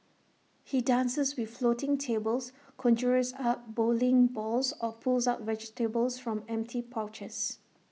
he dances with floating tables conjures up bowling balls or pulls out vegetables from empty pouches